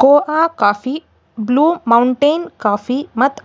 ಕೋಆ coffee, blue mountain coffee ಮತ್ತ್